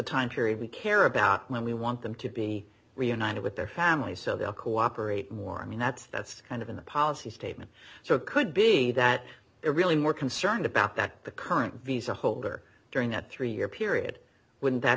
time period we care about when we want them to be reunited with their families so they'll cooperate more i mean that's that's kind of in a policy statement so it could be that they're really more concerned about that the current visa holder during that three year period wouldn't that